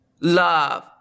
love